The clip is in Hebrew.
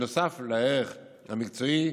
נוסף לערך המקצועי,